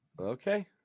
Okay